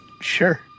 Sure